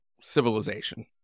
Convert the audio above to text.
civilization